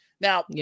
Now